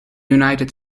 united